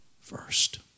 first